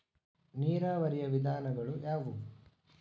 ನೀರಾವರಿಯ ವಿಧಾನಗಳು ಯಾವುವು?